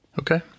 okay